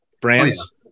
brands